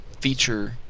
feature